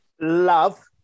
love